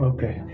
Okay